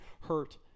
hurt